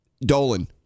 Dolan